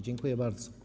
Dziękuję bardzo.